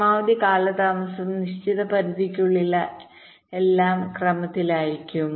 പരമാവധി കാലതാമസം നിശ്ചിത പരിധിക്കുള്ളിലാണെങ്കിൽ എല്ലാം ക്രമത്തിലായിരിക്കും